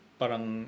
parang